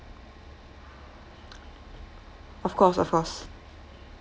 of course of course